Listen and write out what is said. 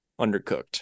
undercooked